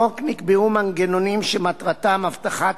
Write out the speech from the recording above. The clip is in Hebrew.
בחוק נקבעו מנגנונים שמטרתם הבטחת